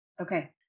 Okay